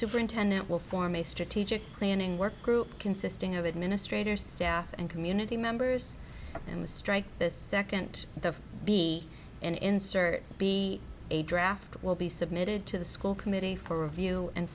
superintendent will form a strategic planning work group consisting of administrators staff and community members and the strike the second the b and insert be a draft will be submitted to the school committee for review and